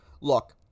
Look